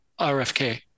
RFK